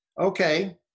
Okay